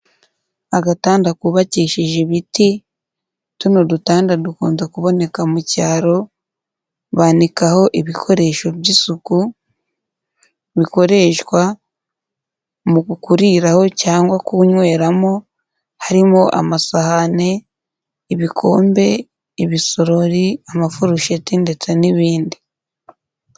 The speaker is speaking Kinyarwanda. Agatanda kubakishije ibiti, tuno dutanda dukunda kuboneka mu cyaro, banikaho ibikoresho by'isuku, bikoreshwa mu kuriraho cyangwa kunyweramo, harimo amasahani, ibikombe, ibisorori, amafurusheti ndetse n'ibindi.